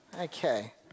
Okay